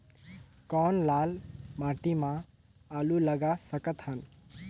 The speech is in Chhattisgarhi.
कौन लाल माटी म आलू लगा सकत हन?